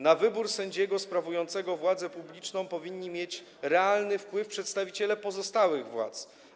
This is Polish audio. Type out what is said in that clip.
Na wybór sędziego sprawującego władzę publiczną powinni mieć realny wpływ przedstawiciele pozostałych władz.